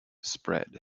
spread